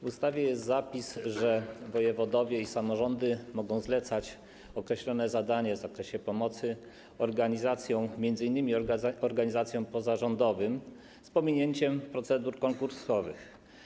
W ustawie jest zapis, że wojewodowie i samorządy mogą zlecać określone zadania w zakresie pomocy organizacjom, m.in. organizacjom pozarządowym, z pominięciem procedur konkursowych.